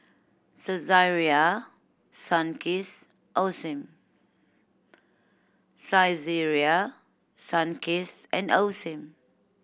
Saizeriya Sunkist Osim Saizeriya Sunkist and Osim